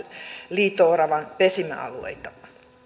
liito oravan pesimäalueita